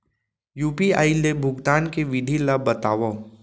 UPI ले भुगतान के विधि ला बतावव